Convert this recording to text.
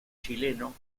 chileno